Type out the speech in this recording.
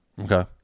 Okay